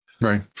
Right